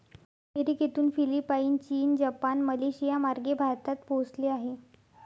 अमेरिकेतून फिलिपाईन, चीन, जपान, मलेशियामार्गे भारतात पोहोचले आहे